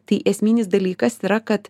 tai esminis dalykas yra kad